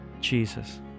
Jesus